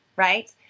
right